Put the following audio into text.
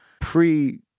pre